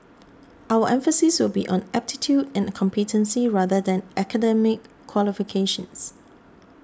our emphasis will be on aptitude and competency rather than academic qualifications